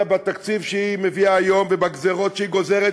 בתקציב שהיא מביאה היום ובגזירות שהיא גוזרת,